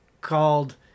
called